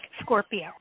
Scorpio